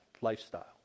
lifestyle